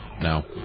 No